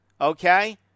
okay